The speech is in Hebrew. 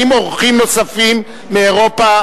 האם אורחים נוספים מאירופה,